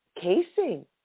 casing